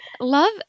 Love